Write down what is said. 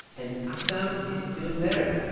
and ah aktham is doing better.